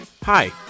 Hi